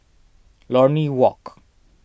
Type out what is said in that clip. Lornie Walk